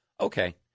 okay